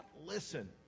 listen